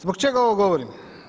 Zbog čega ovo govorim?